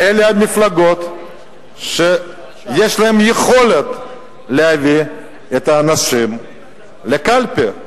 אלה מפלגות שיש להן יכולת להביא את האנשים לקלפי.